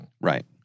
Right